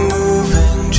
moving